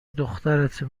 دخترته